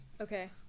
Okay